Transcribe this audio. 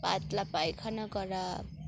পাতলা পায়খানা করা